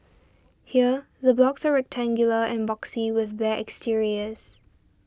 here the blocks are rectangular and boxy with bare exteriors